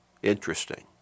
Interesting